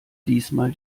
diesmal